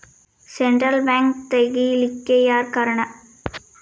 Central bank ತಗಿಲಿಕ್ಕೆಯಾರ್ ಕಾರಣಾ?